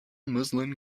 muslin